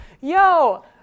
yo